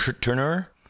Turner